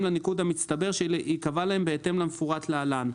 לניקוד המצטבר שייקבע להם בהתאם למפורט להלן: